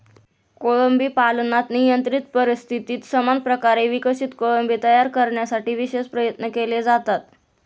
कोळंबी पालनात नियंत्रित परिस्थितीत समान प्रकारे विकसित कोळंबी तयार करण्यासाठी विशेष प्रयत्न केले जातात